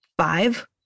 five